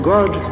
God